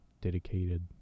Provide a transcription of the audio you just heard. dedicated